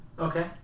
Okay